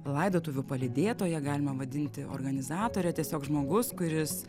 laidotuvių palydėtoja galima vadinti organizatore tiesiog žmogus kuris